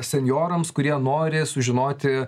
senjorams kurie nori sužinoti